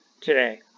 today